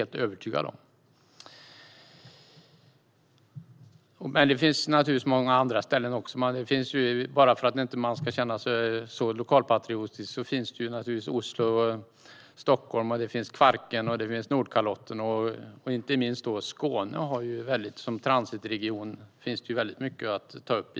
För att inte verka så lokalpatriotisk finns det mycket att ta upp i frågan för Oslo, Stockholm, Kvarken, Nordkalotten och inte minst Skåne som transitregioner. Herr talman!